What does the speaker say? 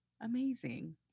amazing